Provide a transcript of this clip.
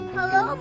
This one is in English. Hello